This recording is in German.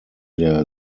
der